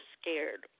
scared